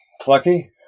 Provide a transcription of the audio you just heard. Plucky